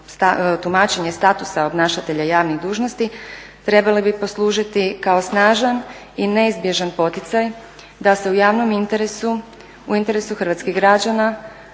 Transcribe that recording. tumačenje statusa obnašatelja javnih dužnosti trebale bi poslužiti kao snažan i neizbježan poticaj da se u javnom interesu, u interesu hrvatskih građana,